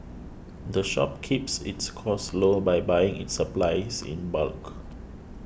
the shop keeps its costs low by buying its supplies in bulk